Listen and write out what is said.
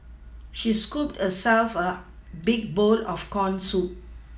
she scooped herself a big bowl of corn soup